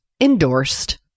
Endorsed